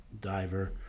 diver